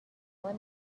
let